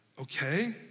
Okay